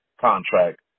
contract